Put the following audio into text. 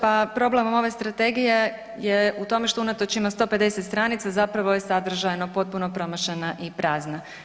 Pa problem ove strategije je u tome što unatoč ima 150 stranica zapravo je sadržajno potpuno promašena i prazna.